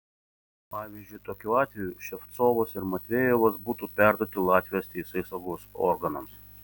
pavyzdžiui tokiu atveju ševcovas ir matvejevas būtų perduoti latvijos teisėsaugos organams